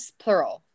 plural